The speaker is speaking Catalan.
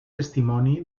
testimoni